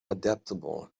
adaptable